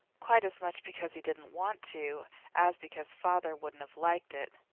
quite as much because he didn't want to as because father wouldn't have liked it.